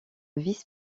vice